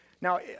Now